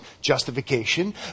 Justification